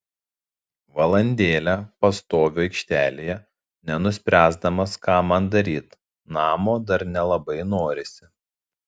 valandėlę pastoviu aikštelėje nenuspręsdamas ką man daryti namo dar nelabai norisi